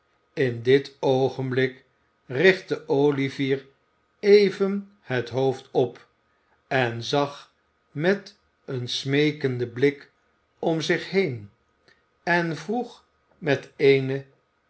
in dit oogenblik richte olivier even het hoofd op en zag met een smeekenden blik om zich heen en vroeg met eene